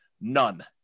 None